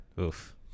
Oof